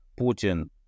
Putin